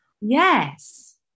Yes